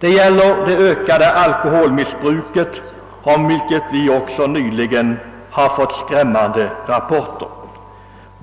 Det gäller det ökade alkoholmissbruket, om vilket vi också nyligen har fått skrämmande rapporter.